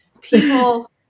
people